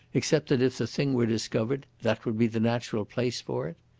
except that if the thing were discovered that would be the natural place for it?